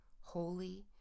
holy